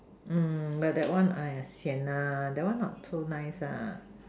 mm but that one !aiya! Sian ah that one not so nice ah